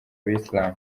abayisilamu